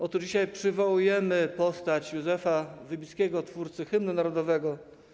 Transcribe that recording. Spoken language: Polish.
Otóż dzisiaj przywołujemy postać Józefa Wybickiego, twórcy hymnu narodowego.